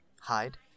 hide